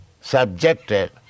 subjected